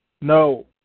No